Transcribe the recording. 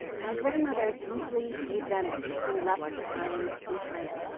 my grandmother deeply resented being left behind in china.